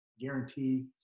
guarantee